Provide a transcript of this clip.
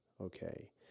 Okay